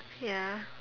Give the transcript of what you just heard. ya